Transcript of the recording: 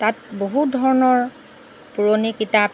তাত বহুত ধৰণৰ পুৰণি কিতাপ